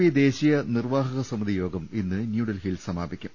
P ദേശീയ നിർവ്വാഹക സമിതി യോഗം ഇന്ന് ന്യൂഡൽഹിയിൽ സമാപിക്കും